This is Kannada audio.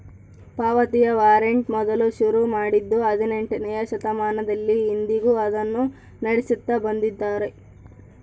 ಪಾವತಿಯ ವಾರಂಟ್ ಮೊದಲು ಶುರು ಮಾಡಿದ್ದೂ ಹದಿನೆಂಟನೆಯ ಶತಮಾನದಲ್ಲಿ, ಇಂದಿಗೂ ಅದನ್ನು ನಡೆಸುತ್ತ ಬಂದಿದ್ದಾರೆ